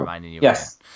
Yes